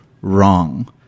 Wrong